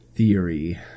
Theory